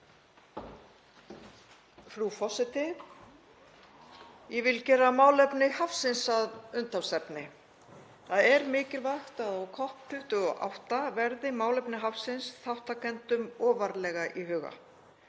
Frú forseti. Ég vil gera málefni hafsins að umtalsefni. Það er mikilvægt á COP28 verði málefni hafsins þátttakendum ofarlega í huga.